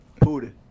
Pooty